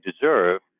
deserve